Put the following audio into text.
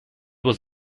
was